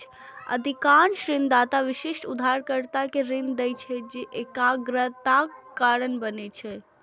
अधिकांश ऋणदाता विशिष्ट उधारकर्ता कें ऋण दै छै, जे ऋण एकाग्रताक कारण बनै छै